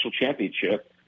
championship